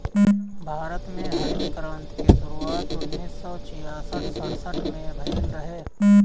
भारत में हरित क्रांति के शुरुआत उन्नीस सौ छियासठ सड़सठ में भइल रहे